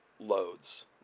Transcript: loads